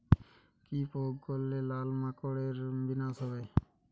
কি প্রয়োগ করলে লাল মাকড়ের বিনাশ হবে?